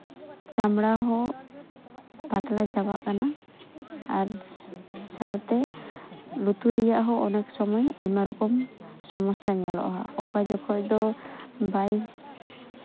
ᱪᱟᱢᱲᱟ ᱦᱚᱸ ᱯᱟᱛᱞᱟ ᱪᱟᱵᱟᱜ ᱠᱟᱱᱟ ᱟᱨ ᱥᱟᱶᱛᱮ ᱞᱩᱛᱩᱨ ᱨᱮᱭᱟᱜ ᱦᱚᱸ ᱚᱱᱮᱠ ᱥᱚᱢᱚᱭ ᱟᱭᱢᱟ ᱨᱚᱠᱚᱢ ᱥᱚᱢᱚᱥᱥᱟ ᱧᱮᱞᱚᱜᱼᱟ ᱚᱠᱟ ᱡᱚᱠᱷᱚᱱ ᱫᱚ ᱵᱟᱭ